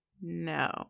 No